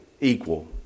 equal